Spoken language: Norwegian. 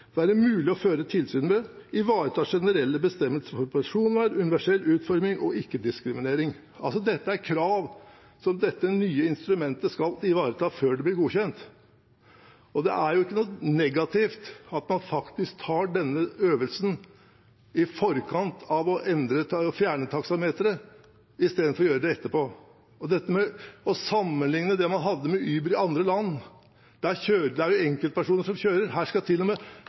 Være mulig å føre tilsyn med Ivareta generelle bestemmelser for personvern, universell utforming og ikke-diskriminering» Dette er krav som det nye instrumentet skal ivareta før det blir godkjent. Det er ikke noe negativt at man faktisk tar denne øvelsen i forkant av å fjerne taksameteret, istedenfor å gjøre det etterpå. Noen sammenligner med det man hadde med Uber i andre land, der det er enkeltpersoner som kjører. Her skal